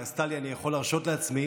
טלי, אז טלי, אני יכול להרשות לעצמי.